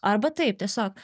arba taip tiesiog